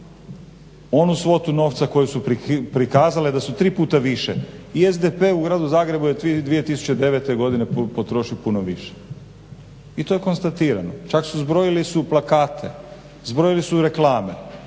onu svotu novca koju su prikazale, da su tri puta više. I SDP u Gradu Zagrebu je 2009. godine potrošio puno više i to je konstatirano, čak su zbrojili su plakate, zbrojili su i reklame